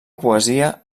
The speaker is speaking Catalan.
poesia